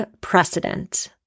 precedent